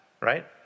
Right